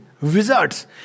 Wizards